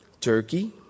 Turkey